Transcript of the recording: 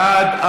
בעד,